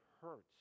hurts